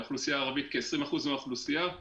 כ-20% מהאוכלוסייה הערבית